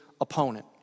opponent